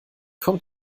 kommt